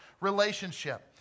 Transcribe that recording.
relationship